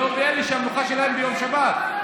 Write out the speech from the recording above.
אדוני יסכים,